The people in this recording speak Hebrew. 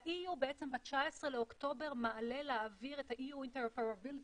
וה-EU בעצם ב-19 באוקטובר מעלה לאוויר את ה-EU Interoperability